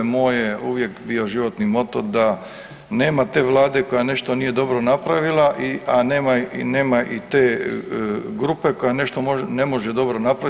Moj je uvijek bio životni moto da nema te Vlade koja nešto nije dobro napravila, a nema i te grupe koja nešto ne može dobro napraviti.